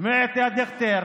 אתה שומע, דיכטר?